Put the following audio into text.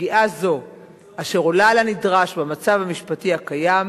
פגיעה זו עולה על הנדרש במצב המשפטי הקיים,